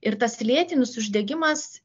ir tas lėtinis uždegimas